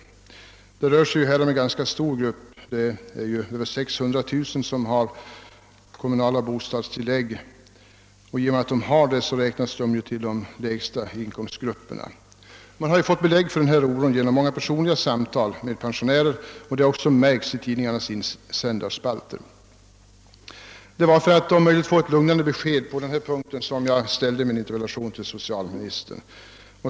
Det rör sig om en ganska stor grupp. Det är över 600 000 pensionärer som har kommunala bostadstilllägg och som alltså räknas till de lägsta inkomstgrupperna. Jag har fått belägg för oron genom många personliga samtal med pensionärer, och den har också märkts i tidningarnas insändarspalter. Det var för att om möjligt få ett lugnan de besked på den här punkten som jag ställde min interpellation till socialministern.